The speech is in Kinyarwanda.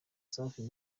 safi